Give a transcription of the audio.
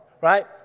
right